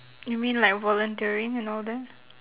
you mean like volunteering and all that